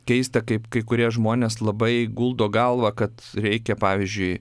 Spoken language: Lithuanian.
keista kaip kai kurie žmonės labai guldo galvą kad reikia pavyzdžiui